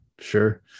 Sure